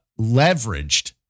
leveraged